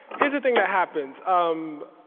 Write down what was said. here's the thing that happens. um